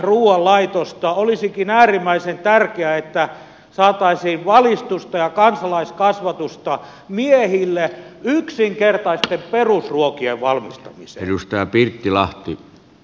olisikin äärimmäisen tärkeää että saataisiin valistusta ja kansalaiskasvatusta miehille yksinkertaisten perusruokien valmistamiseen